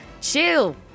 chill